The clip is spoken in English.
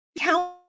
count